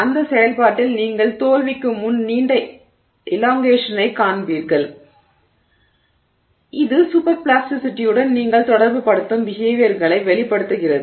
அந்த செயல்பாட்டில் நீங்கள் தோல்விக்கு முன் நீண்ட இலாங்கேஷனைக் காண்கிறீர்கள் இது சூப்பர் பிளாஸ்டிசிட்டியுடன் நீங்கள் தொடர்புபடுத்தும் பிஹேவியர்களை வெளிப்படுத்துகிறது